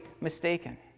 mistaken